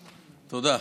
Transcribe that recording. תודה,